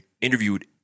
interviewed